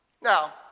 Now